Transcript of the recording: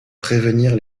prévenir